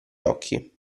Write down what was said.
occhi